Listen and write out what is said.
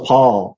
Paul